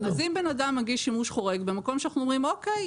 אז אם בן אדם מגיש שימוש חורג במקום שאנחנו אומרים "אוקיי,